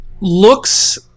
looks